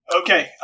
Okay